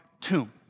tomb